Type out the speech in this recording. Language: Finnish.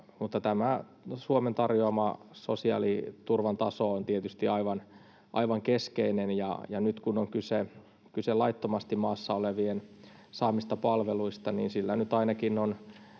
mutta tämä Suomen tarjoama sosiaaliturvan taso on tietysti aivan keskeinen. Ja nyt kun on kyse laittomasti maassa olevien saamista palveluista, niin sillä nyt ainakin on